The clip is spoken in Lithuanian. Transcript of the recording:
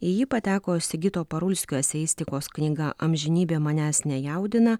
į jį pateko sigito parulskio eseistikos knyga amžinybė manęs nejaudina